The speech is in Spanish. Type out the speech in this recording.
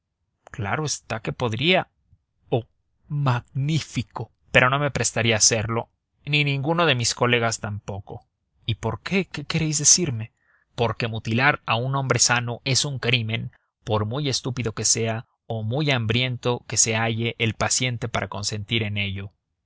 claro está que podría oh magnífico pero no me prestaría a hacerlo ni ninguno de mis colegas tampoco y por qué queréis decirme porque mutilar a un hombre sano es un crimen por muy estúpido que sea o muy hambriento que se halle el paciente para consentir en ello